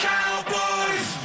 Cowboys